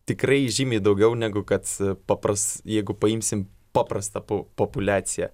tikrai žymiai daugiau negu kad papras jeigu paimsim paprastą po populiaciją